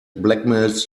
blackmails